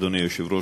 אדוני היושב-ראש,